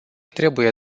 trebuie